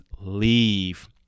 leave